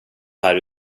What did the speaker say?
här